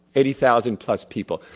eighty thousand plus people.